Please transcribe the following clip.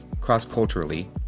cross-culturally